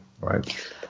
right